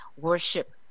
worship